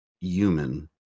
human